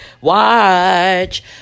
Watch